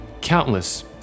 countless